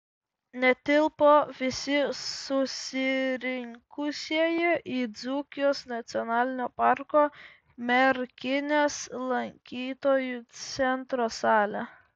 netilpo visi susirinkusieji į dzūkijos nacionalinio parko merkinės lankytojų centro salę